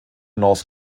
north